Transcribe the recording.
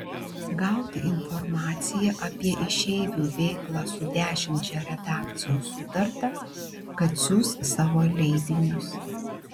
gauti informaciją apie išeivių veiklą su dešimčia redakcijų sutarta kad siųs savo leidinius